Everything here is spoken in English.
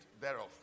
thereof